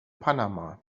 panama